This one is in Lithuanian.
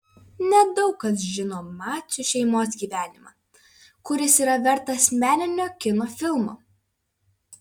nedaug kas žino macių šeimos gyvenimą kuris yra vertas meninio kino filmo